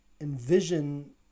envision